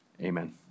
Amen